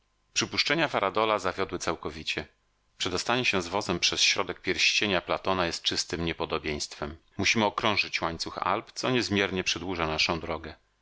przypuszczenia varadola zawiodły całkowicie przedostanie się z wozem przez środek pierścienia platona jest czystem niepodobieństwem musimy okrążyć łańcuch alp co niezmiernie przedłuża nasza drogę